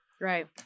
right